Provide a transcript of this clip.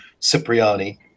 Cipriani